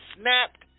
snapped